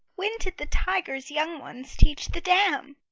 when did the tiger's young ones teach the dam?